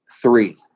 Three